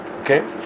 Okay